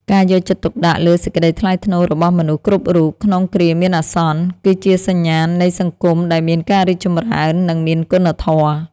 ការយកចិត្តទុកដាក់លើសេចក្តីថ្លៃថ្នូររបស់មនុស្សគ្រប់រូបក្នុងគ្រាមានអាសន្ន គឺជាសញ្ញាណនៃសង្គមដែលមានការរីកចម្រើន និងមានគុណធម៌។